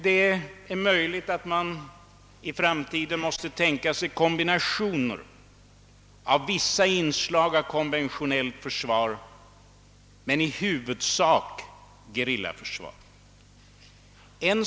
Det är möjligt att man i framtiden måste tänka sig en kombination mellan i viss utsträckning konventionellt försvar och i huvudsak gerillaförsvar.